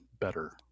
better